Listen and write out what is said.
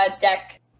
deck